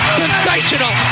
sensational